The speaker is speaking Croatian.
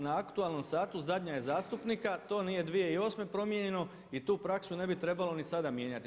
Na aktualnom satu zadnja je zastupnika a to nije 2008. promijenjeno i tu praksu ne bi trebalo ni sada mijenjati.